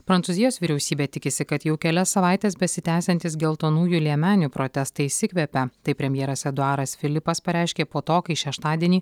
prancūzijos vyriausybė tikisi kad jau kelias savaites besitęsiantys geltonųjų liemenių protestai išsikvėpė taip premjeras eduaras filipas pareiškė po to kai šeštadienį